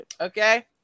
Okay